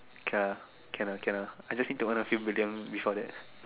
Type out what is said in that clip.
okay lah okay lah okay lah I just need to earn a few million before that